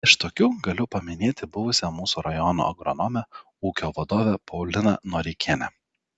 iš tokių galiu paminėti buvusią mūsų rajono agronomę ūkio vadovę pauliną noreikienę